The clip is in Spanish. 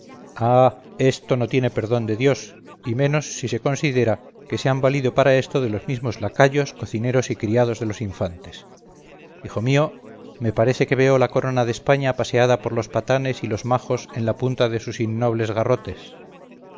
ah esto no tiene perdón de dios y menos si se considera que se han valido para esto de los mismos lacayos cocineros y criados de los infantes hijo mío me parece que veo la corona de españa paseada por los patanes y los majos en la punta de sus innobles garrotes